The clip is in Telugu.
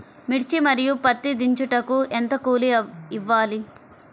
మిర్చి మరియు పత్తి దించుటకు ఎంత కూలి ఇవ్వాలి?